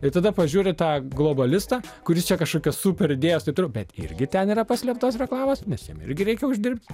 ir tada pažiūri tą globalistą kuris čia kažkokia super idėjos taip toliau bet irgi ten yra paslėptos reklamos nes jiem irgi reikia uždirbti